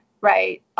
right